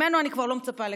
ממנו אני כבר לא מצפה לכלום,